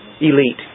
elite